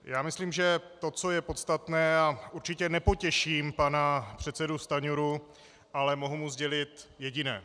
Já myslím, že to, co je podstatné, a určitě nepotěším pana předsedu Stanjuru, ale mohu mu sdělit jediné.